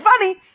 funny